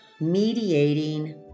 mediating